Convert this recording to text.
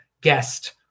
guest